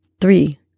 three